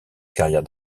carrière